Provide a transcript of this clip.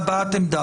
עמדה.